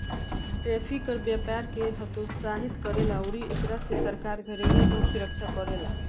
tariff कर व्यपार के हतोत्साहित करेला अउरी एकरा से सरकार घरेलु उधोग सुरक्षा करेला